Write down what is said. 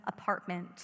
apartment